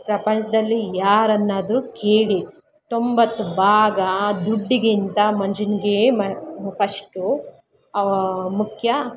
ಪ್ರಪಂಚದಲ್ಲಿ ಯಾರನ್ನಾದರೂ ಕೇಳಿ ತೊಂಬತ್ತು ಭಾಗ ದುಡ್ಡಿಗಿಂತ ಮನ್ಷನಿಗೆ ಮಾ ಫಶ್ಟು ಮುಖ್ಯ